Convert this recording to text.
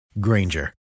Granger